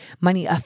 money